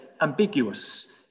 ambiguous